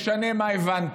משנה מה הבנתי.